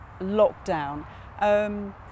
lockdown